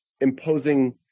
imposing